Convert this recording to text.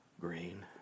Green